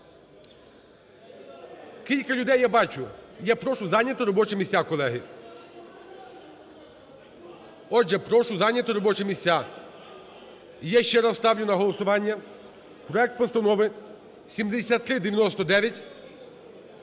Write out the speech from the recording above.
Кілька людей я бачу. Я прошу зайняти робочі місця, колеги. Отже, прошу зайняти робочі місця. І я ще раз ставлю на голосування проект Постанови 7399